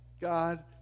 God